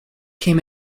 came